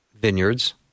vineyards